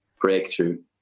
breakthrough